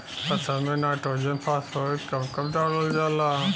फसल में nitrogen phosphorus कब कब डालल जाला?